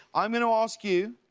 i'm going to ask you,